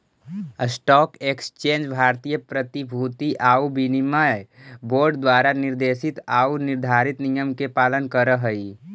stock exchange भारतीय प्रतिभूति आउ विनिमय बोर्ड द्वारा निर्देशित आऊ निर्धारित नियम के पालन करऽ हइ